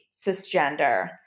cisgender